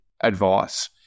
advice